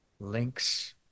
links